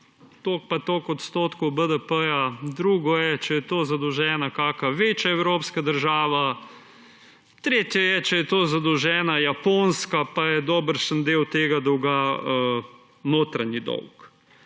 toliko in toliko odstotkov BDP, drugo je, če je toliko zadolžena kakšna večja evropska država, tretje je, če je toliko zadolžena Japonska pa je dobršen del tega dolga notranji dolg.